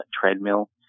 treadmill